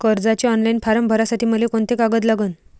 कर्जाचे online form भरासाठी मले कोंते कागद लागन?